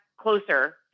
closer